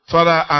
Father